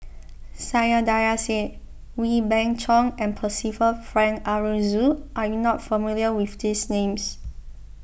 Saiedah Said Wee Beng Chong and Percival Frank Aroozoo are you not familiar with these names